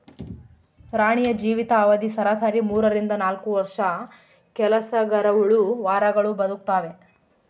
ರಾಣಿಯ ಜೀವಿತ ಅವಧಿ ಸರಾಸರಿ ಮೂರರಿಂದ ನಾಲ್ಕು ವರ್ಷ ಕೆಲಸಗರಹುಳು ವಾರಗಳು ಬದುಕ್ತಾವೆ